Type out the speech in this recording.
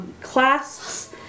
clasps